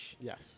Yes